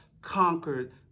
conquered